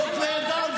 זה נהדר?